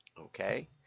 Okay